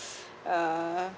uh